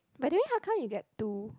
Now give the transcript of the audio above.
by the way how come you get two